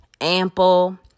ample